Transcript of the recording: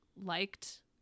liked